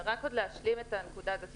רק להשלים את הנקודה הזאת.